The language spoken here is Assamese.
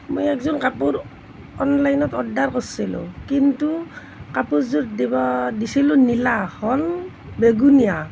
মই একযোৰ কাপোৰ অনলাইনত অৰ্ডাৰ কৰছিলোঁ কিন্তু কাপোৰযোৰ দিব দিছিলোঁ নীলা হ'ল বেঙুনীয়া